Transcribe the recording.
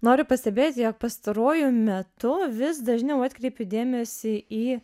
noriu pastebėti jog pastaruoju metu vis dažniau atkreipiu dėmesį į